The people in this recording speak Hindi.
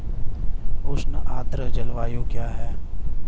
उष्ण आर्द्र जलवायु क्या है?